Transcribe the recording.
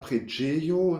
preĝejo